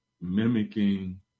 mimicking